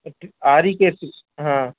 آری کیس ہاں